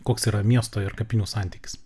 koks yra miesto ir kapinių santykis